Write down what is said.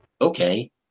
okay